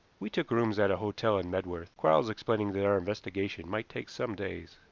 we took rooms at a hotel in medworth, quarles explaining that our investigations might take some days.